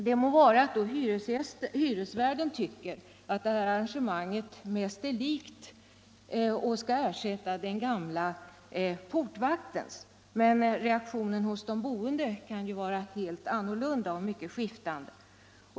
Det må vara att hyresvärden kanske tycker att vaktbolaget genom det arrangemang som träffats ersätter den gamla portvakten, men det intryck de boende får kan vara ett helt annat och mycket skiftande.